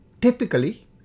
typically